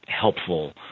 helpful